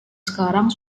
sekarang